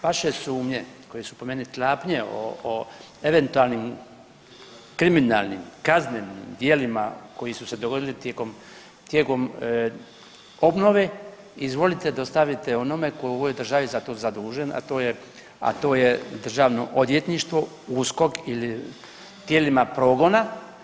Vaše sumnje koje su po meni tlapnje o eventualnim kriminalnim, kaznenim djelima koji su se dogodili tijekom obnove izvolite dostavite onome tko je u ovoj državi za to zadužen, a to je Državno odvjetništvo, USKOK ili tijelima progona.